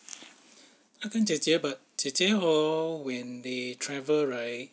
她跟姐姐 but 姐姐 hor when they travel right